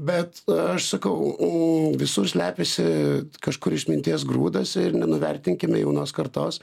bet aš sakau o visur slepiasi kažkur išminties grūdas ir nenuvertinkime jaunos kartos